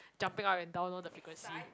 jumping up and down orh the frequency